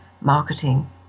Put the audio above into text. marketing